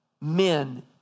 men